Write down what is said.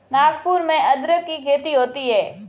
नागपुर में अदरक की खेती होती है